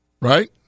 Right